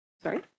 Sorry